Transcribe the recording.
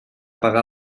pagar